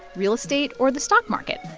real estate or the stock market?